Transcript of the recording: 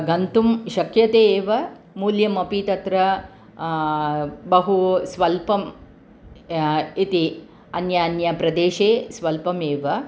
गन्तुं शक्यते एव मूल्यम् अपि तत्र बहु स्वल्पम् इति अन्यान्ये प्रदेशे स्वल्पमेव